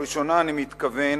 בראשונה אני מתכוון